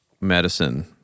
medicine